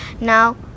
Now